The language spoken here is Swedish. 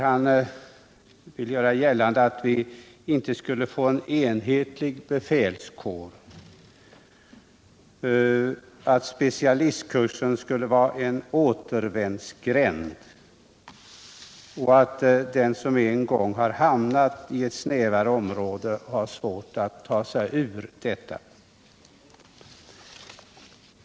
Han vill göra gällande att vi inte skulle få en enhetlig befälskår, att specialistkursen skulle vara en återvändsgränd och att den som en gång hamnat inom ett snävare område har svårt att ta sig ur detta.